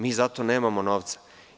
Mi za to nemamo novca.